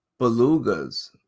belugas